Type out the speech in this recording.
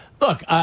Look